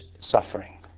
suffering